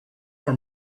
for